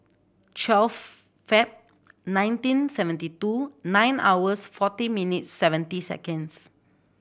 twelve Feb nineteen seventy two nine hours forty minutes seventeen seconds